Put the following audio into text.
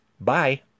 Bye